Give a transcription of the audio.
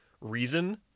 reason